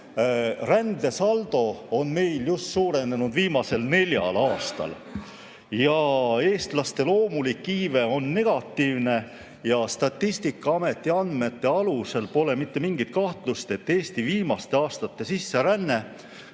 rändesaldo on meil just suurenenud viimasel neljal aastal ja eestlaste loomulik iive on negatiivne. Statistikaameti andmete alusel pole mitte mingit kahtlust, et Eesti viimaste aastate sisseränne,